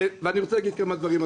אני רוצה להגיד עוד כמה דברים,